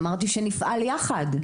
אמרתי שנפעל יחד.